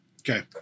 Okay